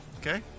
Okay